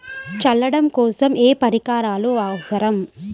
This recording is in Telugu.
చల్లడం కోసం ఏ పరికరాలు అవసరం?